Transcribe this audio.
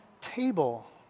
table